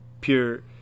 pure